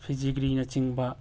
ꯐꯤꯖꯤꯒ꯭ꯔꯤꯅꯆꯤꯡꯕ